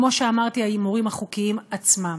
כמו שאמרתי, ההימורים החוקיים עצמם,